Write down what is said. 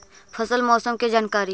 फसल मौसम के जानकारी?